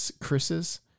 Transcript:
Chris's